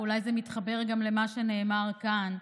ואולי זה מתחבר גם למה שנאמר כאן.